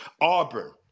Auburn